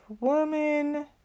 woman